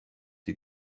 die